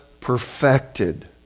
perfected